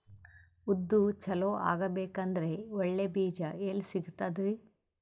ಉದ್ದು ಚಲೋ ಆಗಬೇಕಂದ್ರೆ ಒಳ್ಳೆ ಬೀಜ ಎಲ್ ಸಿಗತದರೀ?